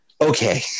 Okay